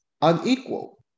unequal